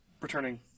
returning